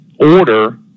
order